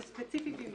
זה ספציפי בעניין הזה?